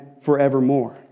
forevermore